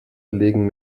legen